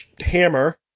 hammer